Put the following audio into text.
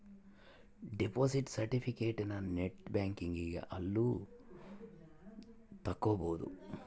deposit ಸೆರ್ಟಿಫಿಕೇಟನ net banking ಅಲ್ಲು ತಕ್ಕೊಬೊದು